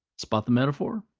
spot the metaphor?